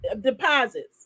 deposits